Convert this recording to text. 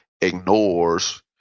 ignores